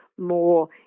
More